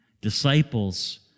disciples